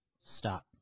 Stop